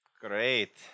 Great